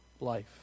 life